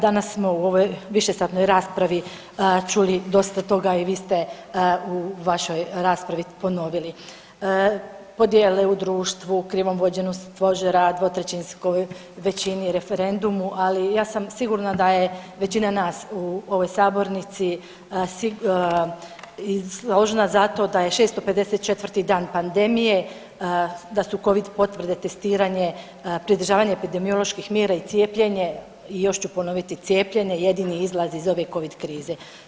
Danas smo u ovoj višesatnoj raspravi čuli dosta toga i vi ste u vašoj raspravi ponovili, podjele u društvu, ... rad dvotrećinskoj većini, referendumu, ali ja sam sigurna da je većina nas u ovoj sabornici složna zato da je 654. dan pandemije, da su Covid potvrde, testiranje, pridržavanje epidemioloških mjera i cijepljenje i još ću ponoviti cijepljenje jedini izlaz iz ove Covid krize.